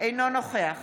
אינו נוכח